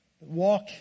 walk